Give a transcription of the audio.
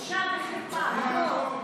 בושה וחרפה.